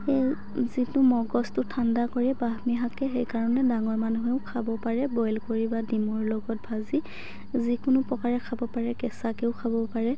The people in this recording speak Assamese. সেই যিটো মগজটো ঠাণ্ডা কৰে ব্ৰাহ্মী শাকে সেইকাৰণে ডাঙৰ মানুহেও খাব পাৰে বইল কৰি বা ডিমৰ লগত ভাজি যিকোনো প্ৰকাৰে খাব পাৰে কেঁচাকেও খাব পাৰে